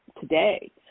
today